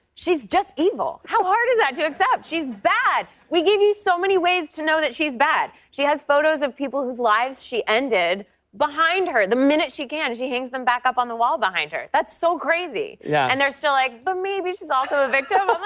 she's just evil. how hard is that to accept? she's bad. we gave you so many ways to know that she's bad. she has photos of people whose lives she ended behind her. the minute she can, she hangs them back up on the wall behind her. that's so crazy yeah and they're still, like, but maybe she's also a victim. ah